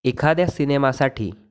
एखाद्या सिनेमासाठी